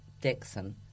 Dixon